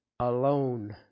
Alone